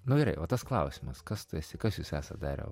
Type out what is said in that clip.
nu gerai o tas klausimas kas tu esi kas jūs esat dariau